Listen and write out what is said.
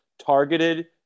targeted